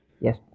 Yes